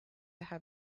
have